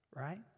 right